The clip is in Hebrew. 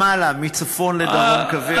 למעלה, מצפון לדרום, קווי אורך.